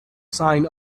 sign